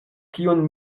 kiun